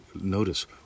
notice